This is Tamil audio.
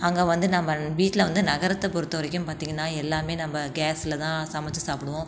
அங்கே வந்து நம்ம வீட்டில் வந்து நகரத்தை பொறுத்த வரைக்கும் பார்த்திங்கன்னா எல்லாம் நம்ம கேஸில்தான் சமைத்து சாப்பிடுவோம்